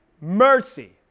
mercy